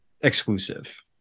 exclusive